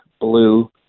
blue